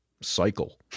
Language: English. cycle